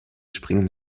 springen